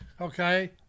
okay